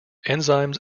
enzymes